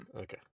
Okay